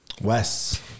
Wes